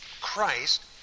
Christ